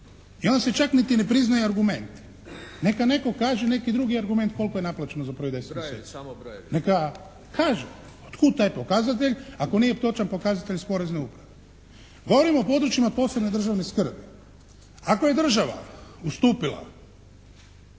I onda se čak niti ne priznaje argument. Neka netko kaže neki drugi argument koliko je naplaćeno za prvih 10 mjeseci, neka kaže od kuda taj pokazatelj ako nije točan pokazatelj s porezne uprave. Govorim o područjima od posebne državne skrbi. Ako je država ustupila